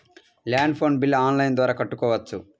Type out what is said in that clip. Land phone bill online ద్వారా కట్టుకోవచ్చు?